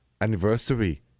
anniversary